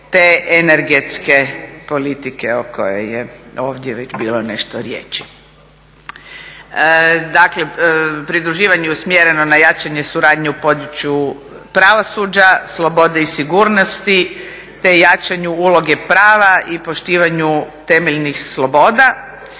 te energetske politike o kojoj je ovdje već bilo nešto riječi. Dakle, pridruživanje je usmjereno na jačanje suradnje u području pravosuđa, slobode i sigurnosti, te jačanju uloge prava i poštivanju temeljnih sloboda.